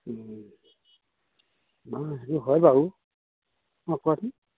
আমাৰ হেৰি হয় বাৰু অঁ কোৱাচোন